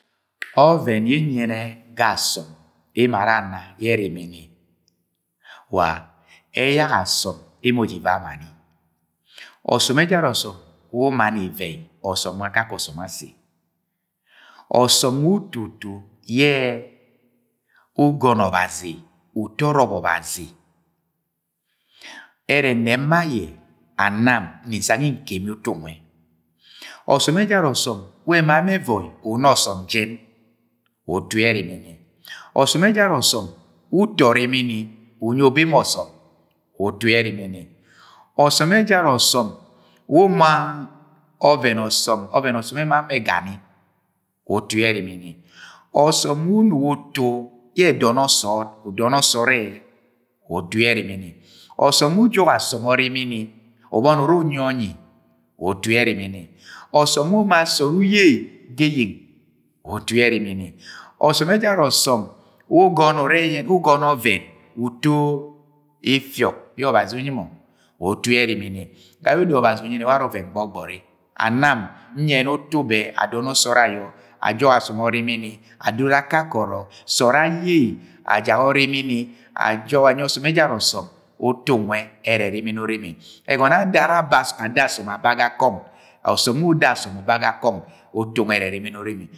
Ọvẹn yẹ nyẹnẹ ga asọm emo ara a na ye ẹrimini, wa eyak asọm emo ja ivẹi amani. Ọsọm ejara Ọsọm we umani ivei, ọsọm ejara ọsọm we umani ivei, osọm nwẹ akakẹ ọsọm asi ọsọm we uto utu yẹ ugọnọ Ọbazi, uto ọrọbọ ọbazi e̱rẹ ẹnẹb ma ayẹ and nam nni nsang ye nkemi utu nwe. Ọsọm ẹjara ọsọm we ẹma mọ e̱voi una ọsọm jen wa utu ye ẹrẹ erimini ọsọm ẹjara ọsọm we uto ọrimini unyi obẹ emo ọsọm wa utu yẹ erimini, ọsọm ejara ọsọm ọvẹn ọsọm ẹma mọ egani wa utu yẹ erimini. Ọsọm wẹ unugo utu yẹ e̱dọnọ sọọd, udọnọ sọọd ẹ wa utu yẹ erimini Ọsọm wẹ ujọk asọm ọrimini ubọni uru unyi ọnyi wa utu yẹ erimini, ọsọm wẹ uma sọọd uye ga eyena wa utu yẹ ẹrimini. Ọsọm ejara ọsọm wẹ ugọnọ ọvẹn uto ifiọk yẹ Ọbazi unyi mọ wa utu ye erimini. Ga yẹ odo Ọbazi unyi ni warẹ ọvẹn gbọgbọri and nam nyẹnẹ bẹ, adọnọ sọọd aye, ajok asọm orimini, adoro akọkẹ ọrọk, sọọ aye, ajak ọrimini ajok, anyi ọsọm ẹjara ọsọm utu nwẹ ẹrẹ ẹrimini urimi Egọnọ yẹ adoro on ẹ ada asọm aba gakọng, osọm we uda asọm uba gakọng utu nwẹ ẹrẹ erimini urimi.